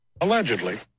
allegedly